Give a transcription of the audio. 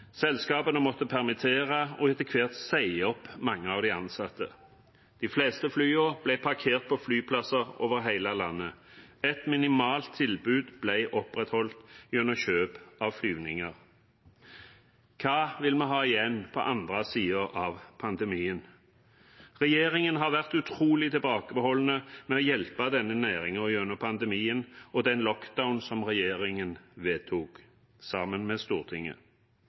selskapene måtte permittere og etter hvert si opp mange av de ansatte. De fleste flyene ble parkert på flyplasser over hele landet. Et minimalt tilbud ble opprettholdt gjennom kjøp av flyvninger. Hva vil vi ha igjen på den andre siden av pandemien? Regjeringen har vært utrolig tilbakeholdne med å hjelpe denne næringen gjennom pandemien og den «lockdown» som regjeringen vedtok sammen med Stortinget.